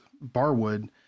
Barwood